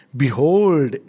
behold